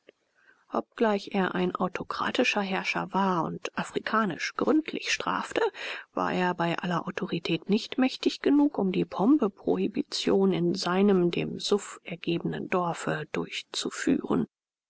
obgleich er ein autokratischer herrscher war und afrikanisch gründlich strafte war er bei aller autorität nicht mächtig genug um die pombeprohibition in seinem dem suff ergebenen dorfe durchzuführen